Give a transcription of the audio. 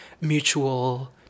mutual